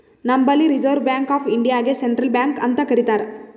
ನಂಬಲ್ಲಿ reserve bank of ಇಂಡಿಯಾಗೆ central bank ಅಂತ್ ಕರಿತಾರ್